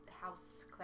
House